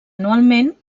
anualment